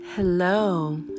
Hello